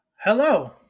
Hello